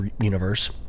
universe